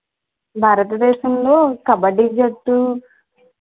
బారతదేశంలో కబడ్డీ జట్టు